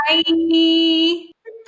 Bye